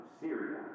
Syria